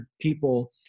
people